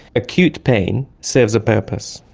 acute pain serves a purpose,